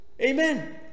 Amen